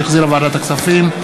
שהחזירה ועדת הכספים,